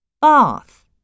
Bath